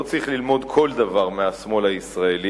לא צריך ללמוד כל דבר מהשמאל הישראלי,